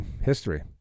history